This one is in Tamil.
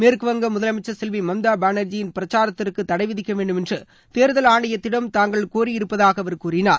மேற்குவங்க முதலமைச்சா் செல்வி மம்தா பானாஜியின் பிரச்சாரத்திற்கு தடை விதிக்க வேண்டுமென்று தேர்தல் ஆணையத்திடம் தாங்கள் கோரியிருப்பதாக அவர் கூறினார்